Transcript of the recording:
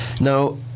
Now